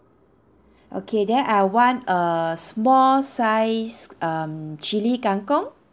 okay then I want a small size um chilli kangkong